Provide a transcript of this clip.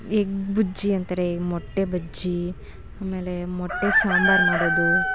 egg ಬುಜ್ಜಿ ಅಂತಾರೆ ಮೊಟ್ಟೆ ಬಜ್ಜಿ ಆಮೇಲೆ ಮೊಟ್ಟೆ ಸಾಂಬಾರು ಮಾಡೋದು